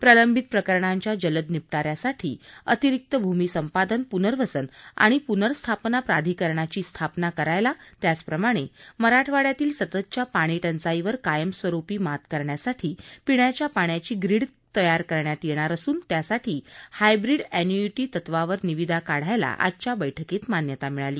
प्रलंबित प्रकरणांच्या जलद निपटाऱ्यासाठी अतिरिक्त भूमी संपादन पुनर्वसन आणि पुनर्स्थापना प्राधिकरणांची स्थापना करायला त्याचप्रमाणे मराठवाड्यातील सततच्या पाणी टंचाईवर कायमस्वरुपी मात करण्यासाठी पिण्याच्या पाण्याची ग्रीड करण्यात येणार असून त्यासाठी हायब्रीड एन्यूईटी तत्त्वावर निविदा काढायला आजच्या बैठकीत मान्यता मिळाली